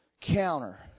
counter